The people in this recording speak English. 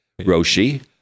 Roshi